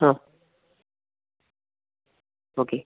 ആ ഓക്കെ